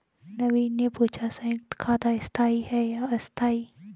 नवीन ने पूछा संयुक्त खाता स्थाई है या अस्थाई